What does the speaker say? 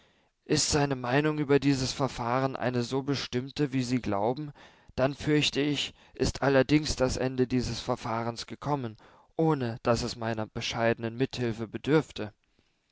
ist seine meinung über dieses verfahren eine so bestimmte wie sie glauben dann fürchte ich ist allerdings das ende dieses verfahrens gekommen ohne daß es meiner bescheidenen mithilfe bedürfte